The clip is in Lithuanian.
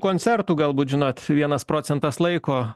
koncertų galbūt žinot vienas procentas laiko